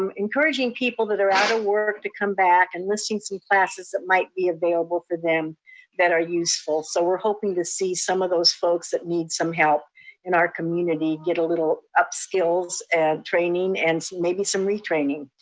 um encouraging people that are out of work to come back and listing some classes that might be available for them that are useful. so we're hoping to see some of those folks that need some help in our community, get a little up skills and training and maybe some retraining.